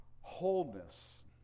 wholeness